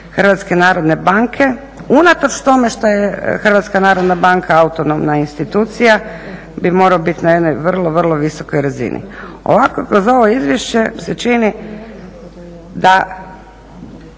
politike HNB-a, unatoč tome što je HNB autonomna institucija bi morao biti na jednoj vrlo, vrlo visokoj razini. Ovako kroz ovo izvješće se čini da